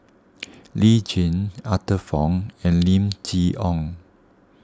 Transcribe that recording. Lee Tjin Arthur Fong and Lim Chee Onn